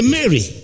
Mary